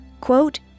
quote